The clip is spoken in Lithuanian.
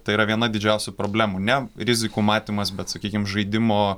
tai yra viena didžiausių problemų ne rizikų matymas bet sakykim žaidimo